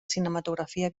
cinematografia